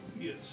Yes